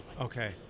Okay